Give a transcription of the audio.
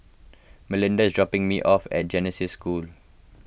Melinda is dropping me off at Genesis School